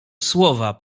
słowa